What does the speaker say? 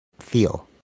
feel